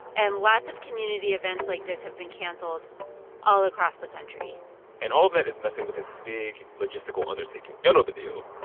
and lots of community events like this have been canceled all across the country and all of that is messing with this big logistical undertaking. y'all know the deal.